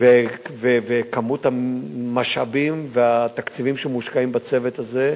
וכמות המשאבים והתקציבים שמושקעים בצוות הזה,